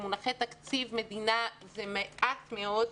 במונחי תקציב מדינה זה מעט מאוד.